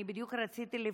אני בדיוק רציתי לפנות,